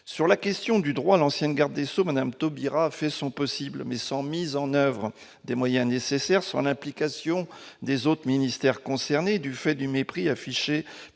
sur la question du droit, l'ancien garde des sceaux Madame Taubira fait son possible, mais sans mise en oeuvre des moyens nécessaires sur l'implication des autres ministères concernés du fait du mépris affiché